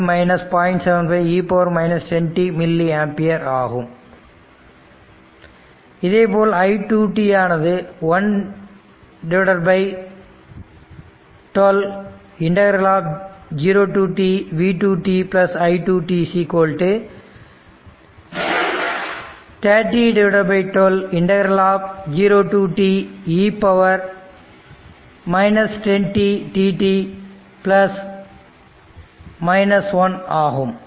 75 e 10t milliampere ஆகும் இதேபோல் i2 ஆனது 112 0 to t ∫v2 i2 3012 0 to t ∫e 10 t dt ஆகும்